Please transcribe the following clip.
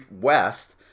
West